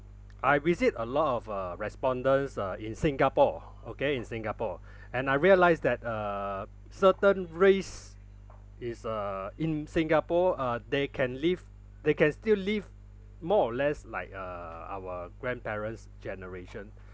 I visit a lot of uh respondents uh in singapore okay in singapore and I realise that uh certain race is uh in singapore uh they can live they can still live more or less like uh our grandparents' generation